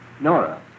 Nora